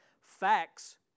Facts